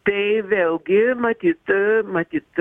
tai vėlgi matyt matyt